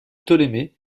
ptolémée